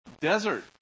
desert